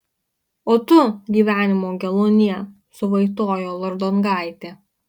o tu gyvenimo geluonie suvaitojo lardongaitė